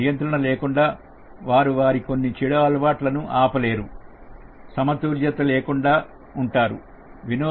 నియంత్రణ లేకుండా వారు వారి కొన్ని చెడు అలవాట్లను ఆపలేరు సమతుల్యత లేకుండా ఉంటారు